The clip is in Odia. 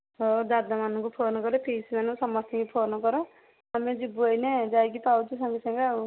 ହଉ ଦାଦାମାନଙ୍କୁ ଫୋନ୍ କରେ ପିଇସୀମାନଙ୍କୁ ସମସ୍ତଙ୍କୁ ଫୋନ୍ କର ଆମେ ଯିବୁ ଏଇନେ ଯାଇକି ତ ଆସୁଛୁ ସାଙ୍ଗେ ସାଙ୍ଗେ ଆଉ